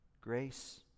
Grace